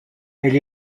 elle